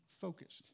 Focused